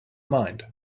mind